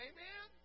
Amen